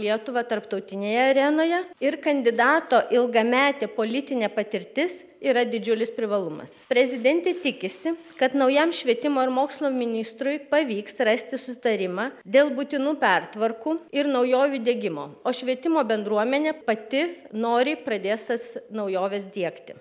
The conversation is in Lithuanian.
lietuvą tarptautinėje arenoje ir kandidato ilgametė politinė patirtis yra didžiulis privalumas prezidentė tikisi kad naujam švietimo ir mokslo ministrui pavyks rasti sustarimą dėl būtinų pertvarkų ir naujovių diegimo o švietimo bendruomenė pati noriai pradės tas naujoves diegti